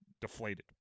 deflated